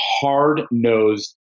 hard-nosed